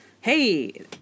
hey